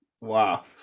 Wow